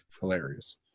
hilarious